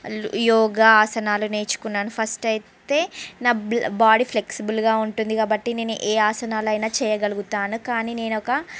యోగా ఆసనాలు నేర్చుకున్నాను ఫస్ట్ అయితే నా బాడీ ఫ్లెక్సిబుల్గా ఉంటుంది కాబట్టి నేను ఏ ఆసనాలు అయిన చేయగలుగుతాను కానీ నేను ఒక